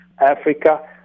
Africa